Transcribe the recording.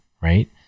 right